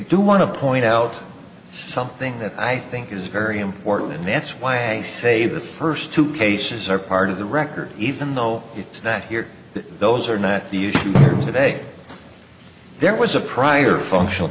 do want to point out something that i think is very important and that's why i say the first two cases are part of the record even though it's not here those are not today there was a prior functional